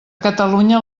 catalunya